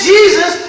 Jesus